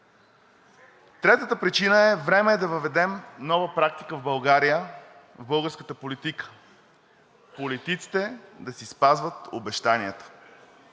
Третата причина. Време е да въведем нова практика в България, в българската политика – политиците да си спазват обещанията.